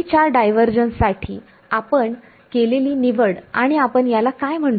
च्या डायव्हरजन्स साठी आपण केलेली निवड आणि आपण याला काय म्हणतो